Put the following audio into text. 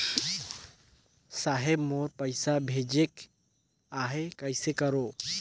साहेब मोर पइसा भेजेक आहे, कइसे करो?